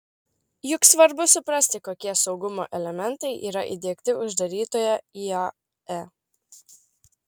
juk svarbu suprasti kokie saugumo elementai yra įdiegti uždarytoje iae